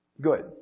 Good